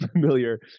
familiar